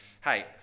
hey